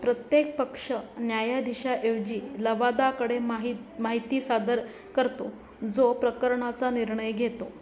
प्रत्येक पक्ष न्यायाधीशाऐवजी लवादाकडे माहित माहिती सादर करतो जो प्रकरणाचा निर्णय घेतो